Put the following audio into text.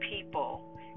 people